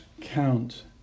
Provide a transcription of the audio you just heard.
count